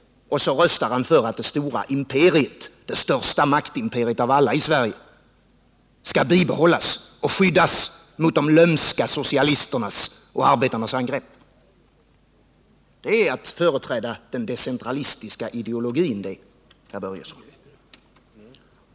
Och så röstar han för att det stora imperiet, det största maktimperiet av alla i Sverige, skall bibehållas och skyddas mot de lömska socialisternas och arbetarnas angrepp. Det är att företräda den decentralistiska ideologin, herr Börjesson!